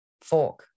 fork